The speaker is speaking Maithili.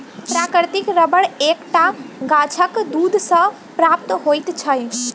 प्राकृतिक रबर एक टा गाछक दूध सॅ प्राप्त होइत छै